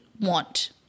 want